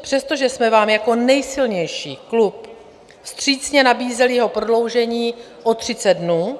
Přestože jsme vám jako nejsilnější klub vstřícně nabízeli jeho prodloužení o 30 dnů,